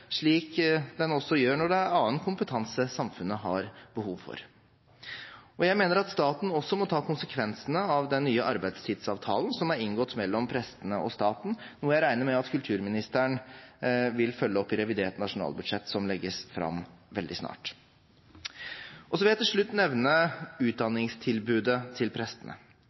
slik den også gjør når det er annen kompetanse samfunnet har behov for. Jeg mener at staten også må ta konsekvensene av den nye arbeidstidsavtalen som er inngått mellom prestene og staten, noe jeg regner med at kulturministeren vil følge opp i revidert nasjonalbudsjett, som legges fram veldig snart. Jeg vil til slutt nevne utdanningstilbudet til prestene.